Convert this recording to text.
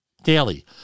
daily